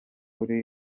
ari